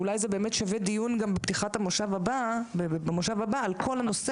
ואולי זה באמת שווה דיון גם בפתיחת המושב הבא על כל נושא